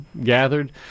gathered